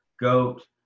goat